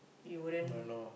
you wouldn't